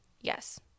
Yes